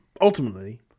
ultimately